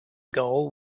goal